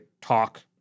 talk